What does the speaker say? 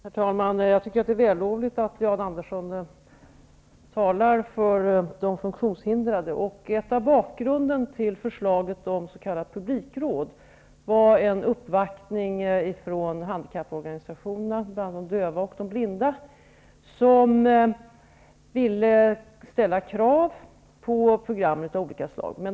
Herr talman! Jag tycker att det är vällovligt att Jan Andersson talar för de funktionshindrade. En del av bakgrunden till förslaget om ett s.k. publikråd var en uppvaktning från handikapporganisationerna bland de döva och blinda, som ville ställa krav på program av olika slag.